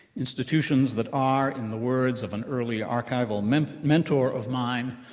institutions that are, in the words of an early archival mentor mentor of mine,